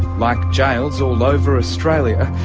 like jails all over australia,